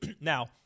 Now